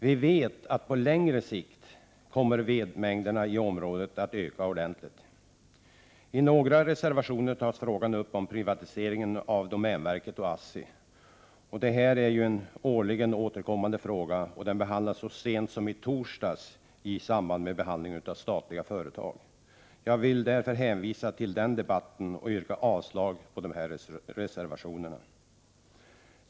Vi vet att vedmängden i området på längre sikt kommer att öka ordentligt. I några reservationer tar man upp frågan om en privatisering av domänverket och ASSI. Det är en årligen återkommande fråga. Men den frågan behandlades så sent som i torsdags i samband med debatten om statliga företag. Jag hänvisar därför till den debatten och yrkar avslag på reservationerna i detta avseende.